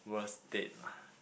worst date lah